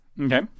Okay